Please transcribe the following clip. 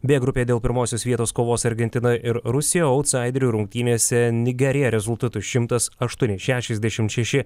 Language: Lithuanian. b grupėje dėl pirmosios vietos kovos argentina ir rusija o autsaiderių rungtynėse nigerija rezultatu šimtas aštuoni šešiasdešim šeši